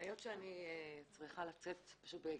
היות ואני צריכה לצאת בהקדם,